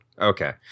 okay